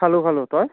খালোঁ খালোঁ তই